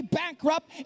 bankrupt